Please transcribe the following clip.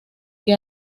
que